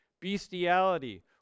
bestiality